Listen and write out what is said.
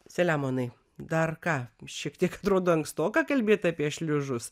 selemonai dar ką šiek tiek atrodo ankstoka kalbėt apie šliužus